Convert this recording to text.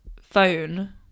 phone